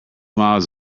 miles